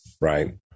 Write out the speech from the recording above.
Right